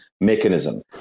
mechanism